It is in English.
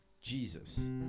Jesus